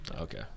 Okay